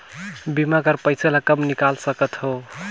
बीमा कर पइसा ला कब निकाल सकत हो?